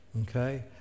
Okay